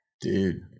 Dude